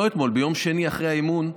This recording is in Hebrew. לא אתמול, ביום שני, אחרי האמון,